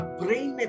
brain